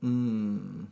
mm